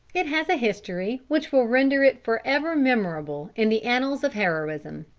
it has a history which will render it forever memorable in the annals of heroism.